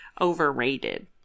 Overrated